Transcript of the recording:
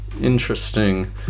Interesting